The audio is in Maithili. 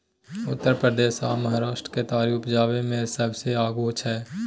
उत्तर प्रदेश आ महाराष्ट्र केतारी उपजाबै मे सबसे आगू छै